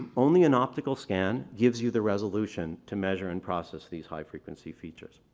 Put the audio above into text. only an optical scan gives you the resolution to measure and process these high frequency features,